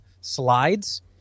slides